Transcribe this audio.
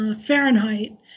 Fahrenheit